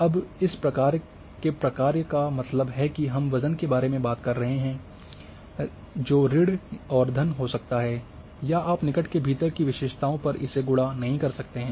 अब इस प्रकार के प्रकार्य का मतलब है कि हम वजन के बारे में बात कर रहे हैं ऋण और धन हो सकता है या आप निकट के भीतर की विशेषताओं पर इतने गुणा नहीं कर सकते हैं